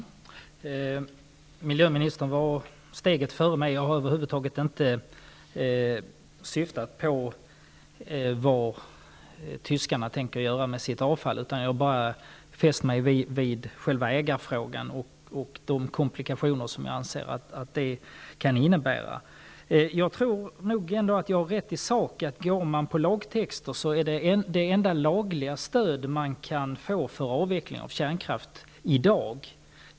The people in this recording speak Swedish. Fru talman! Miljöministern var steget före mig. Jag har över huvud taget inte syftat på vad tyskarna tänker göra med sitt avfall, utan jag har bara fäst mig vid själva ägarfrågan och de komplikationer som jag anser att den kan innebära. Jag tror nog ändå att jag har rätt i sak, att går man på lagtexten så är bristande säkerhet det enda lagliga stöd man i dag kan få för avveckling av kärnkraft.